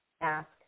ask